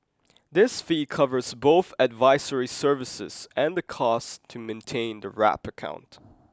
this fee covers both advisory services and the costs to maintain the wrap account